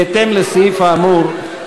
בהתאם לסעיף האמור,